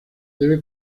debe